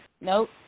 Nope